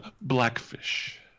Blackfish